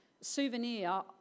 souvenir